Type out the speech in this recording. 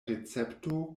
recepto